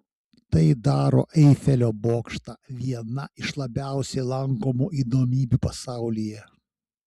tai daro eifelio bokštą viena iš labiausiai lankomų įdomybių pasaulyje